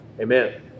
amen